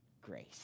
grace